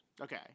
Okay